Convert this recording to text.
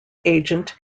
agent